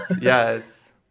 Yes